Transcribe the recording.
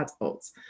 adults